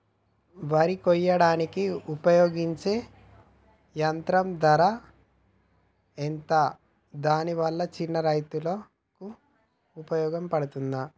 వరి కొయ్యడానికి ఉపయోగించే యంత్రం ధర ఎంత దాని వల్ల చిన్న రైతులకు ఉపయోగపడుతదా?